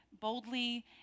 boldly